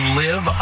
live